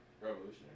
Revolutionary